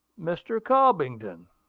mr. cobbington,